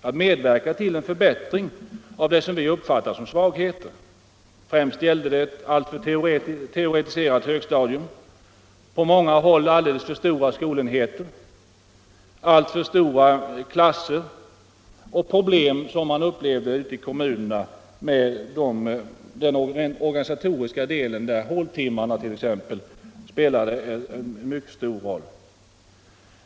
att medverka till en förbättring av det vi uppfattade som svagheterna - främst det alltför teoritiserade högstadiet och på många håll alltför stora skolenheter, alltför stora klasser och problem i många kommuner med den organisatoriska delen, där t.ex. håltimmarna spelat en mycket stor och ofta negativ roll.